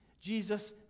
Jesus